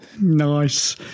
Nice